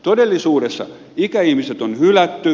todellisuudessa ikäihmiset on hylätty